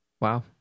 wow